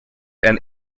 and